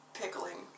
pickling